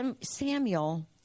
Samuel